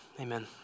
amen